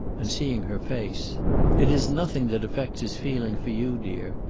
and seeing her face it is nothing that affects his feeling for you, dear.